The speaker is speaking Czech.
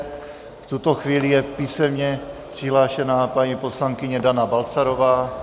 V tuto chvíli je písemně přihlášená paní poslankyně Dana Balcarová.